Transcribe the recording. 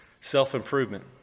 self-improvement